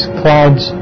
clouds